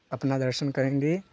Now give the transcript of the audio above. अपना दर्शन करेंगे